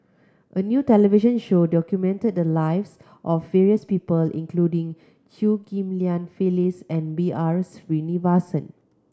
a new television show documented the lives of various people including Chew Ghim Lian Phyllis and B R Sreenivasan